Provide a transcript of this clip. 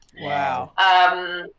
Wow